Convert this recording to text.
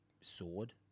sword